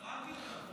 קראתי אותה.